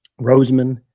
Roseman